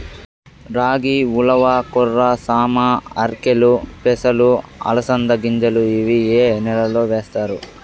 రాగి, ఉలవ, కొర్ర, సామ, ఆర్కెలు, పెసలు, అలసంద గింజలు ఇవి ఏ నెలలో వేస్తారు?